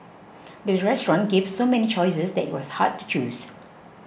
the restaurant gave so many choices that it was hard to choose